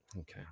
okay